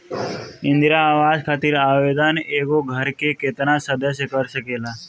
इंदिरा आवास खातिर आवेदन एगो घर के केतना सदस्य कर सकेला?